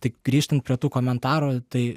tai grįžtant prie tų komentarų tai